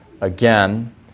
again